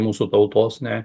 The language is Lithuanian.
mūsų tautos nei